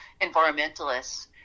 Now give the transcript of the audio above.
environmentalists